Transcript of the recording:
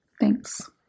Thanks